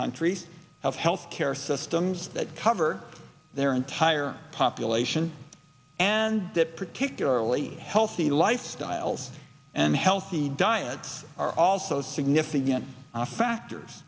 countries have health care systems that cover their entire population and that particularly healthy lifestyles and healthy diets are also significant factors